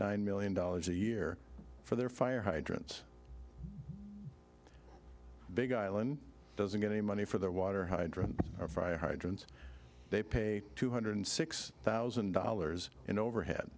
nine million dollars a year for their fire hydrants big island doesn't get any money for their water hydrant or fire hydrants they pay two hundred six thousand dollars in